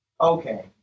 okay